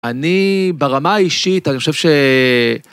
אני ברמה האישית, אני חושב ש...